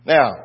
Now